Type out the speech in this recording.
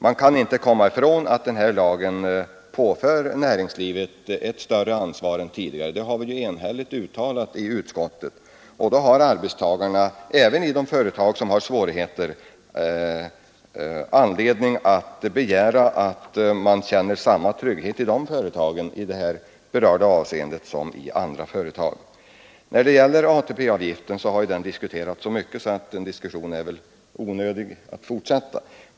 Man kan inte komma ifrån att lagen påför näringslivet ett större ansvar än tidigare — det har vi ju enhälligt uttalat i utskottet. Arbetstagarna i de företag som har svårigheter har därför anledning att begära att de skall kunna känna samma trygghet i det här berörda avseendet som arbetstagarna i andra företag. ATP-avgiften har diskuterats så mycket att det väl är onödigt att fortsätta en diskussion om den.